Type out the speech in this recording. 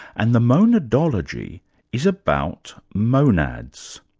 and the monadology is about monads.